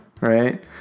Right